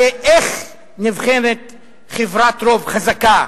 הרי איך נבחנת חברת רוב חזקה?